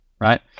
Right